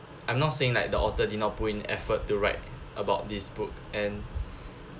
I'm not saying like the author did not put in effort to write about this book and